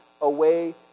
away